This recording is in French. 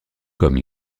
comme